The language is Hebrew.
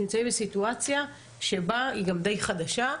נמצאים בסיטואציה, היא גם די חדשה.